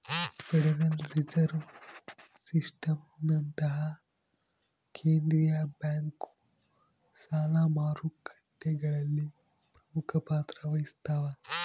federal reserve ಸಿಸ್ಟಮ್ನಂತಹ ಕೇಂದ್ರೀಯ bank ಸಾಲ ಮಾರುಕಟ್ಟೆಗಳಲ್ಲಿ ಪ್ರಮುಖ ಪಾತ್ರ ವಹಿಸ್ತವ